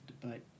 debate